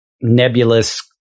nebulous